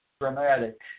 dramatic